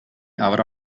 avrà